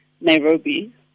Nairobi